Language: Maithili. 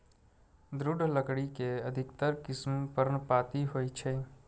दृढ़ लकड़ी के अधिकतर किस्म पर्णपाती होइ छै